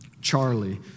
Charlie